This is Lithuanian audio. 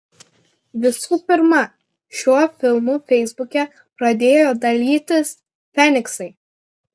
visų pirma šiuo filmu feisbuke pradėjo dalytis feniksai